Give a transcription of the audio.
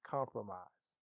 Compromise